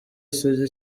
isugi